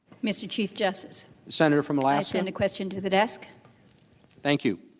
mr. chief justice center from lassen and questioned the best thank you